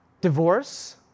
divorce